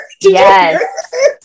Yes